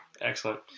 excellent